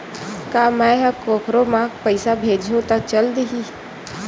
का मै ह कोखरो म पईसा भेजहु त चल देही?